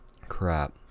Crap